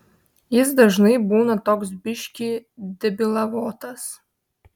jis dažnai būna toks biškį debilavotas